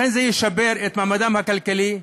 לכן, זה ישפר את מעמדם הכלכלי,